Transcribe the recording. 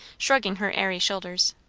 shrugging her airy shoulders.